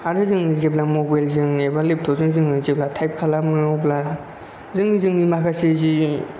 आरो जों जेब्ला मबाइलजों एबा लेपटपजों जोङो जेब्ला टाइप खालामो अब्ला जोङो जोंनि माखासे जि